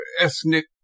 ethnic